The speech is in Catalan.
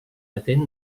atén